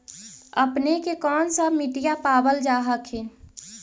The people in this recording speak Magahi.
अपने के कौन सा मिट्टीया पाबल जा हखिन?